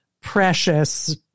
precious